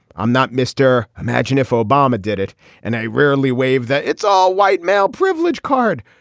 i'm not mr. imagine if obama did it and i rarely waive that. it's all white male privilege card.